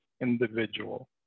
individual